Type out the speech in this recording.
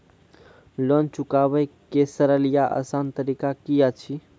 Loan चुकाबै के सरल या आसान तरीका की अछि?